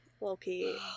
Loki